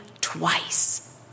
twice